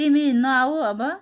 तिमी नआउ अब